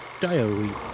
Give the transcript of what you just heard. diary